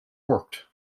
worked